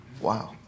Wow